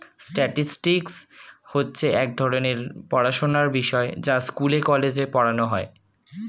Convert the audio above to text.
statistics হচ্ছে এক ধরণের পড়াশোনার বিষয় যা স্কুলে, কলেজে পড়ানো হয়